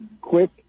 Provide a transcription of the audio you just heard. quick